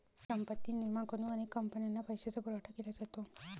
संपत्ती निर्माण करून अनेक कंपन्यांना पैशाचा पुरवठा केला जातो